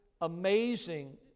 amazing